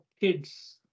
kids